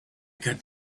got